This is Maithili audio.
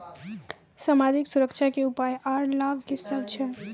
समाजिक सुरक्षा के उपाय आर लाभ की सभ छै?